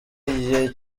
igihe